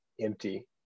empty